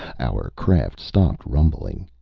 our craft stopped rumbling.